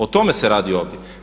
O tome se radi ovdje.